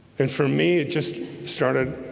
and for me it just started